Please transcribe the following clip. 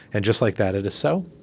and just like that, it is so